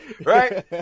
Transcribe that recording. right